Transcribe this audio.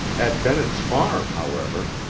at bennett's farm, however,